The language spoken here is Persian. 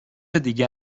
دیگه